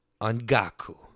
Angaku